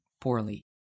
poorly